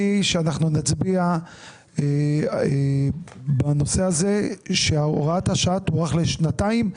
שאנחנו נצביע בנושא הזה שהוראת השעה תוארך לשנתיים.